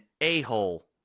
a-hole